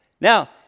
Now